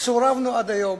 שסורבנו עד היום.